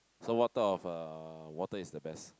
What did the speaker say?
so what type of uh water is the best